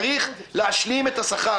צריך להשלים את השכר.